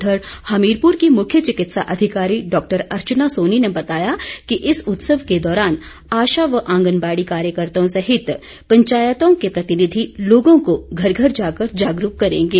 उधर हमीरपुर की मुख्य चिकित्सा अधिकारी डॉक्टर अर्चना सोनी ने बताया कि इस उत्सव के दौरान आशा व आंगनबाड़ी कार्यकर्ताओं सहित पंचायतों के जनप्रतिनिधि लोगों को घर घर जाकर जागरूक करेंगे